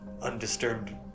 undisturbed